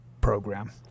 program